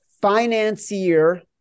financier